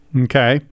Okay